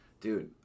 dude